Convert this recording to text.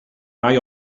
rai